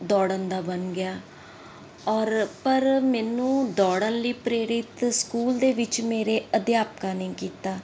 ਦੌੜਨ ਦਾ ਬਣ ਗਿਆ ਔਰ ਪਰ ਮੈਨੂੰ ਦੌੜਨ ਲਈ ਪ੍ਰੇਰਿਤ ਸਕੂਲ ਦੇ ਵਿੱਚ ਮੇਰੇ ਅਧਿਆਪਕਾਂ ਨੇ ਕੀਤਾ